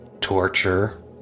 torture